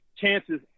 chances